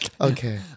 okay